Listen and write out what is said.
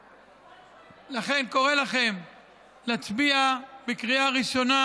לכן, אני קורא לכם להצביע בקריאה ראשונה,